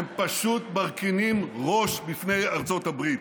הם פשוט מרכינים ראש בפני ארצות הברית.